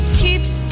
keeps